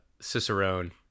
Cicerone